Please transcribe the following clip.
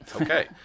Okay